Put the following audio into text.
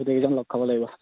গোটেইকেইজন লগ খাব লাগিব